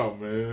man